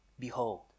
Behold